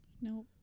no